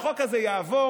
החוק הזה יעבור,